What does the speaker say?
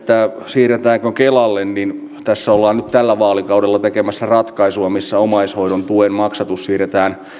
siirretäänkö kelalle tässä ollaan nyt tällä vaalikaudella tekemässä ratkaisua missä omaishoidon tuen maksatus siirretään